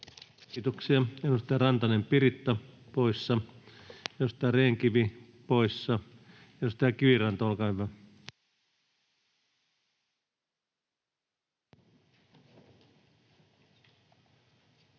Kiitoksia. — Edustaja Rantanen Piritta poissa. Edustaja Rehn-Kivi poissa. — Edustaja Kiviranta, olkaa hyvä. Arvoisa